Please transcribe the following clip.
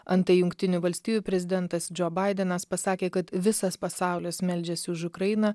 antai jungtinių valstijų prezidentas džo baidenas pasakė kad visas pasaulis meldžiasi už ukrainą